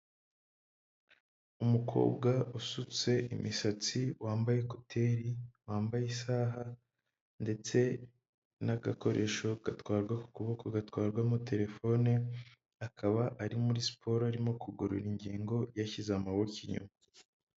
Umukobwa usutse imisatsi, wambaye kuteri, wambaye isaha ndetse n'agakoresho gatwarwa ku kuboko gatwarwamo telefone akaba ari muri siporo arimo kugorora ingingo yashyize amaboko inyuma.